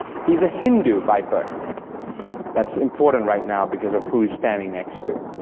he's a hindu by birth that's important right now because of who he's standing next to.